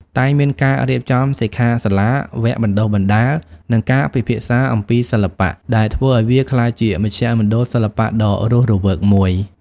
តែងមានការរៀបចំសិក្ខាសាលា វគ្គបណ្ដុះបណ្ដាល និងការពិភាក្សាអំពីសិល្បៈ ដែលធ្វើឲ្យវាក្លាយជាមជ្ឈមណ្ឌលសិល្បៈដ៏រស់រវើកមួយ។